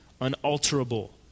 unalterable